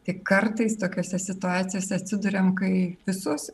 tik kartais tokiose situacijose atsiduriam kai visos